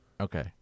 Okay